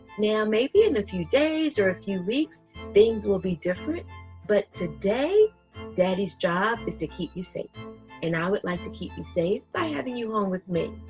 now maybe in a few days or a few weeks things will be different but today daddy's job is to keep safe and i would like to keep you safe by having you home with me.